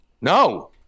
No